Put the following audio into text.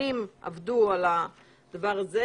שנים עבדו על הדבר הזה.